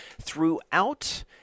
throughout